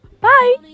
bye